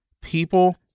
People